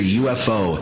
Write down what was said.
ufo